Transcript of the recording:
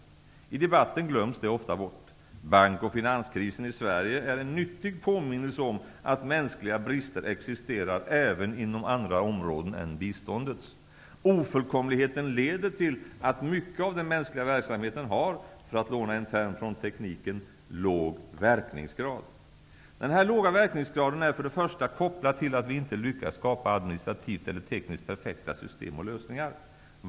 Men i debatten glöms det ofta bort. Bank och finanskrisen i Sverige är en nyttig påminnelse om att mänskliga brister existerar även inom andra områden än biståndets. Ofullkomligheten leder till att mycket av den mänskliga verksamheten har, för att låna en term från tekniken, låg ''verkningsgrad''. Den här låga verkningsgraden är för det första kopplad till att vi inte lyckas skapa administrativt eller tekniskt perfekta system och lösningar.